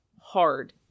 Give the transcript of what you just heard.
hard